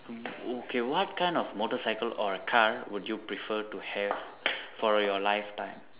o~ okay what kind of motorcycle or a car would you prefer to have for your lifetime